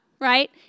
right